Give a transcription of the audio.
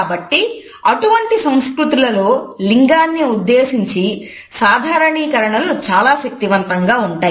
కాబట్టి అటువంటి సంస్కృతులలో లింగాన్ని ఉద్దేశించి సాధారణీకరణలు చాలా శక్తివంతంగా ఉంటాయి